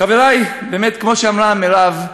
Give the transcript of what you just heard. חברי, באמת, כמו שאמרה מירב,